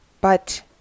but